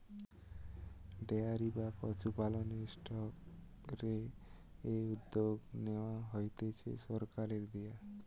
dairy বা পশুপালন সেক্টরের এই উদ্যগ নেয়া হতিছে সরকারের দিয়া